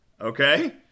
Okay